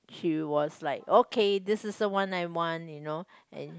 she was like okay this is the one nine one you know and